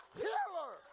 healer